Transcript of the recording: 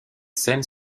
scènes